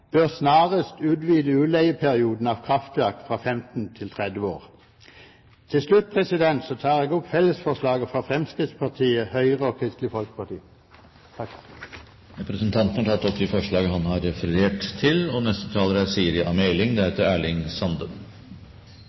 bør snarest utvide utleieperioden av kraftverk fra 15 til 30 år. Til slutt tar jeg opp fellesforslaget fra Fremskrittspartiet, Høyre og Kristelig Folkeparti. Representanten Henning Skumsvoll har tatt opp det forslaget han refererte til. Det er